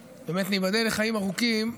באמת, ניבדל לחיים ארוכים,